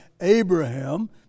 Abraham